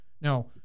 Now